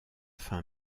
fin